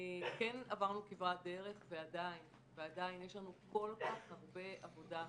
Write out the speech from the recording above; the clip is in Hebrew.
כן עברנו כברת דרך ועדיין יש לנו כל כך הרבה עבודה.